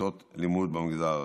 בכיתות לימוד במגזר הערבי.